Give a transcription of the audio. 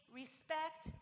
respect